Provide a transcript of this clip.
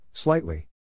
Slightly